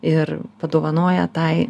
ir padovanoja tai